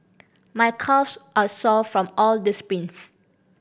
my calves are sore from all the sprints